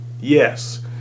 Yes